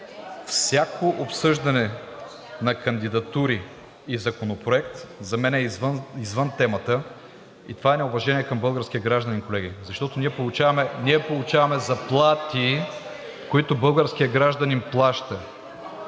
Всяко обсъждане на кандидатури и законопроект за мен е извън темата и това е неуважение към българския гражданин, колеги, защото ние получаваме заплати, които българският гражданин плаща,